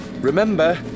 Remember